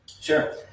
Sure